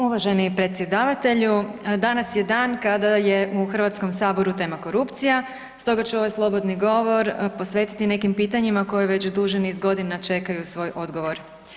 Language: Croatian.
Uvaženi predsjedavatelju danas je dan kada je u Hrvatskom saboru tema korupcija stoga ću ovaj slobodni govor posvetiti nekim pitanjima koja već duži niz godina čekaju svoj odgovor.